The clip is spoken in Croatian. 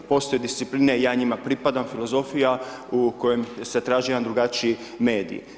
Postoje discipline i ja njima pripadam, filozofija, u kojem se traži jedan drugačiji medij.